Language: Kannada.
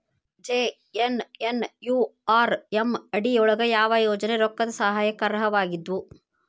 ಜೆ.ಎನ್.ಎನ್.ಯು.ಆರ್.ಎಂ ಅಡಿ ಯೊಳಗ ಯಾವ ಯೋಜನೆ ರೊಕ್ಕದ್ ಸಹಾಯಕ್ಕ ಅರ್ಹವಾಗಿದ್ವು?